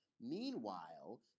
meanwhile